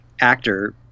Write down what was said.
actor